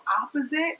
opposite